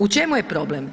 U čemu je problem?